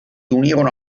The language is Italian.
unirono